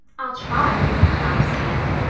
i'll try, promised anne.